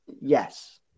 Yes